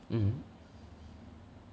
mm